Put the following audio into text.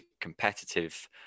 competitive